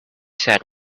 sat